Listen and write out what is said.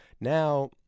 Now